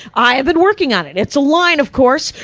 i've been working on it. it's a line of course,